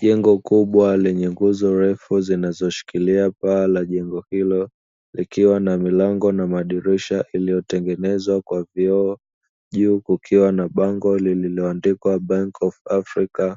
Jengo kubwa lenye nguzo refu zinazoshikilia paa la jengo hilo, likiwa na milango na madirisha yaliyotengenezwa kwa vioo. Juu kukiwa na bango lililoandikwa (BANK OF AFRICA)